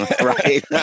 Right